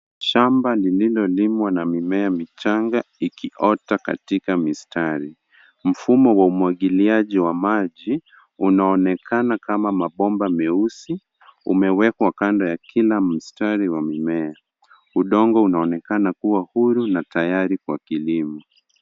Shamba lililo limwa na mimea michanga ikiota katika mistari. Mfumo wa umwagiliaji wa maji unaonekana kama maboma meusi umewekwa kando ya kina mstari wa mmea. Udongo unaonekana kuwa huru na tayari kwa kilimo.